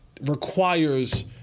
requires